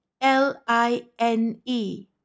L-I-N-E